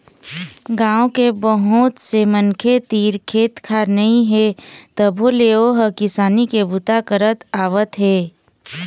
गाँव के बहुत से मनखे तीर खेत खार नइ हे तभो ले ओ ह किसानी के बूता करत आवत हे